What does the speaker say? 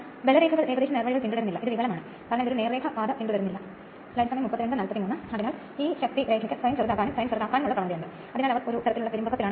പിന്നീട് ഞാൻ circuit diagram കാണിക്കും അത് പ്രതിരോധത്തെ ബന്ധിപ്പിക്കാനും സാവധാനത്തിൽ പ്രതിരോധം കുറയ്ക്കാനും ഇവയെല്ലാം ഷോർട്ട് സർക്യൂട്ട് ആകുകയും ചെയ്യും